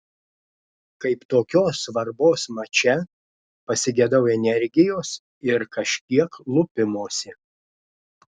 kaip tokios svarbos mače pasigedau energijos ir kažkiek lupimosi